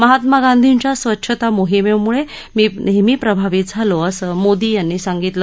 महात्मा गांधीच्या स्वच्छता मोहीमेमुळे मी नेहमी प्रभावित झालो असं मोदी यांनी सांगितलं